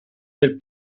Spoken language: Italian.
del